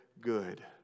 good